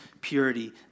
purity